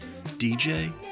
DJ